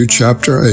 chapter